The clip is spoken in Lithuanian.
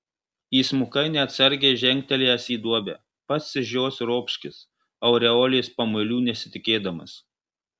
įsmukai neatsargiai žengtelėjęs į duobę pats iš jos ropškis aureolės pamuilių nesitikėdamas